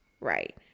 right